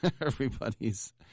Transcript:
Everybody's